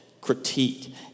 Critique